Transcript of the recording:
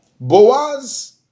Boaz